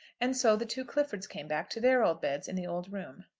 and so the two cliffords came back to their old beds in the old room.